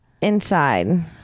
Inside